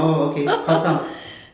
oh okay how come